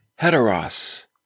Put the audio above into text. heteros